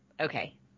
okay